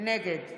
נגד